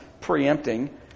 preempting